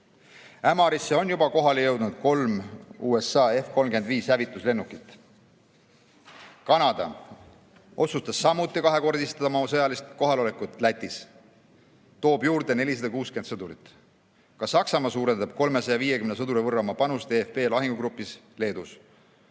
Ämarisse on juba kohale jõudnud kolm USA F-35 hävituslennukit. Kanada otsustas samuti kahekordistada oma sõjalist kohalolekut Lätis, toob juurde 460 sõdurit. Ka Saksamaa suurendab 350 sõduri võrra oma panust eFP lahingugrupis Leedus.